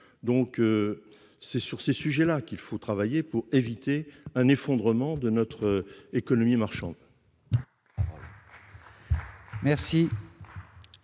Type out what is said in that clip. C'est sur ces sujets qu'il faut travailler pour éviter un effondrement de notre économie marchande.